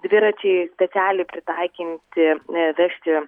dviračiai specialiai pritaikinti vežti